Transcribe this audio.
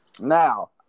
Now